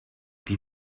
wie